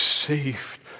saved